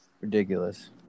Ridiculous